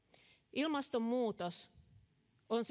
ilmastonmuutos on